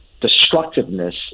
destructiveness